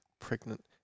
pregnant